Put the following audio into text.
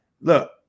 look